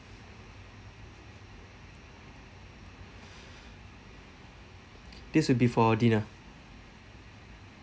this will be for dinner